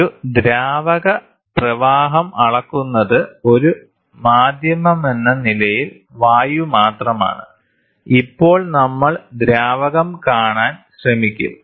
ഒരു ദ്രാവക പ്രവാഹം അളക്കുന്നത് ഒരു മാധ്യമമെന്ന നിലയിൽ വായു മാത്രമാണ് ഇപ്പോൾ നമ്മൾ ദ്രാവകം കാണാൻ ശ്രമിക്കും